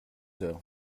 heures